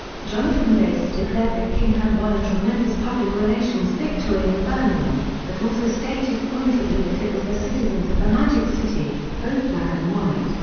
jonathan bass declared that king had won a tremendous public relations victory in birmingham but also stated pointedly that it was the citizens of the magic city, both black and white,